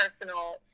personal